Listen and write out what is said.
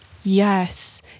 Yes